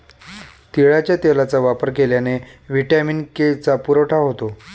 तिळाच्या तेलाचा वापर केल्याने व्हिटॅमिन के चा पुरवठा होतो